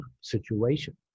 situation